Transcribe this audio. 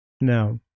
no